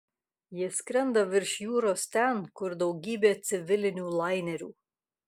jie skrenda virš jūros ten kur daugybė civilinių lainerių